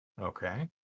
Okay